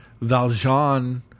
Valjean